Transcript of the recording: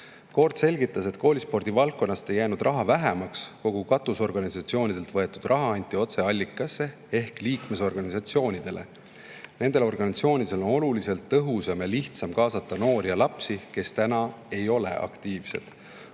Koort selgitas, et koolispordi valdkonnas ei jäänud raha vähemaks. Kogu katusorganisatsioonidelt võetud raha anti otse allikasse ehk liikmesorganisatsioonidele. Nendel organisatsioonidel on oluliselt tõhusam ja lihtsam kaasata noori ja lapsi, kes täna ei ole aktiivsed.